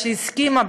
שהסכימה,